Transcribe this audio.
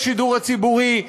בשידור הציבורי,